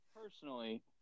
personally